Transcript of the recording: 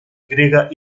grega